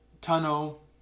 tunnel